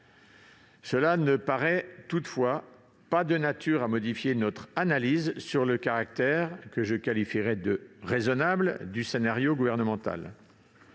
Cela ne paraît toutefois pas de nature à modifier notre analyse sur le caractère, que je qualifierai de raisonnable, du scénario gouvernemental.